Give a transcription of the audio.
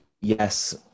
Yes